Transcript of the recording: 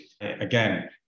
Again